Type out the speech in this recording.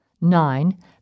Nine